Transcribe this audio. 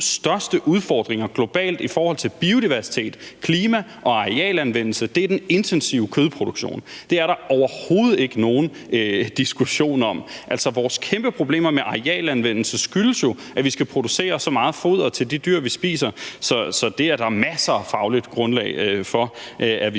største udfordringer globalt i forhold til biodiversitet, klima og arealanvendelse er den intensive kødproduktion. Det er der overhovedet ikke nogen diskussion om. Vores kæmpe problemer med arealanvendelse skyldes jo, at vi skal producere så meget foder til de dyr, vi spiser. Så der er masser af fagligt grundlag for, at vi